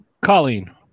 Colleen